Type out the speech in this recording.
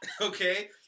Okay